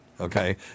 Okay